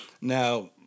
Now